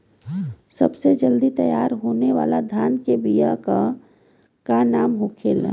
सबसे जल्दी तैयार होने वाला धान के बिया का का नाम होखेला?